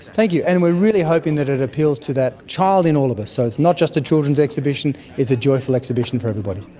thank you. and we are really hoping that it appeals to that child in all of us, so it's not just a children's exhibition, it's a joyful exhibition for everybody.